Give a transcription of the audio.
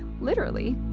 literally!